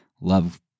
love